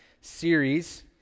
series